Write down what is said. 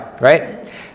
right